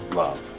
love